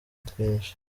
twinshi